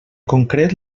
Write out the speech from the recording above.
concret